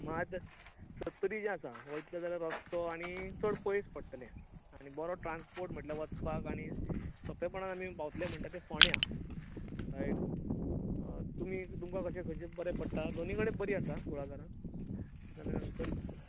मात सत्तरी जें आसा वयतलो जाल्यार रस्तो आनी चड पयस पडटलें आनी बरो ट्रान्सपोर्ट म्हणल्यार वचपाक आनी सोंपेपणान आमी पावतले म्हणटा ते फोंड्या तुमकां खंयचें बरें पडटा दोनी कडेन बरीं आसा कुळागरां